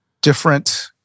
different